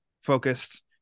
focused